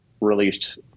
released